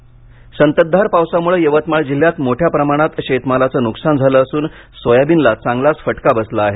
यवतमाळ अतिवृष्टी संततधार पावसामुळे यवतमाळ जिल्ह्यात मोठ्या प्रमाणात शेतमालाचे नुकसान झाले असून सोयाबीनला चांगलाच फटका बसला आहे